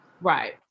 right